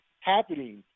happening